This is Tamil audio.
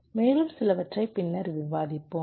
மேலும் சிலவற்றை பின்னர் விவாதிப்போம்